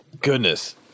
Goodness